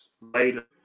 later